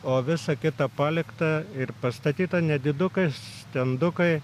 o visa kita palikta ir pastatyta nedidukai stendukai